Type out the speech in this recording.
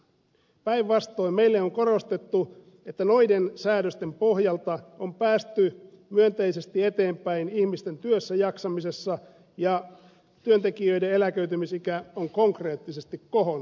päinvastoin meille on korostettu että noiden säädösten pohjalta on päästy myönteisesti eteenpäin ihmisten työssäjaksamisessa ja työntekijöiden eläköitymisikä on konkreettisesti kohonnut